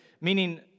meaning